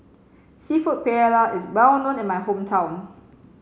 Seafood Paella is well known in my hometown